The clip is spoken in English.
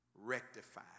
rectify